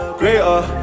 greater